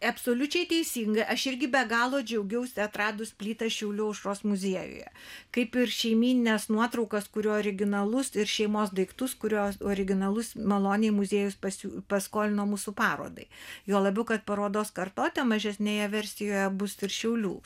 absoliučiai teisinga aš irgi be galo džiaugiausi atradus plytą šiaulių aušros muziejuje kaip ir šeimynines nuotraukas kurių originalus ir šeimos daiktus kuriuos originalus maloniai muziejus pasiū paskolino mūsų parodai juo labiau kad parodos kartote mažesnėje versijoje bus ir šiaulių